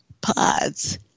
pods